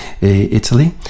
Italy